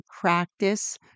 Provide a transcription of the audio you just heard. practice